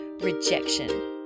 rejection